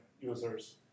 users